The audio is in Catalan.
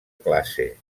classe